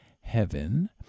Heaven